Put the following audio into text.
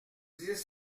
dix